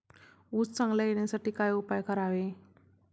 ऊस चांगला येण्यासाठी काय उपाय करावे?